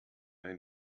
ein